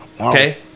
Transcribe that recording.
Okay